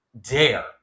dare